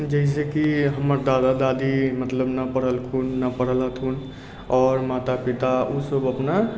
जइसे कि हमर दादा दादी मतलब नहि पढ़लखुन नहि पढ़ेलखुन आओर माता पिता ओसब अपना